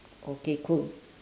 okay cool